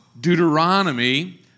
Deuteronomy